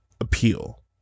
appeal